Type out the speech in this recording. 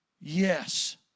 Yes